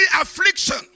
affliction